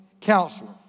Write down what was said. counselor